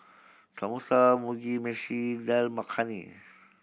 Samosa Mugi Meshi Dal Makhani